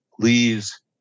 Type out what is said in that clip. Please